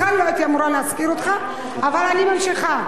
בכלל לא הייתי אמורה להזכיר אותך אבל אני ממשיכה.